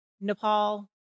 Nepal